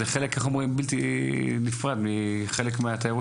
זה חלק בלתי נפרד מהתיירות